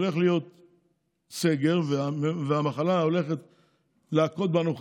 שהולך להיות סגר והמחלה הולכת להכות בנו חזק,